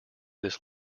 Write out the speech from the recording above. this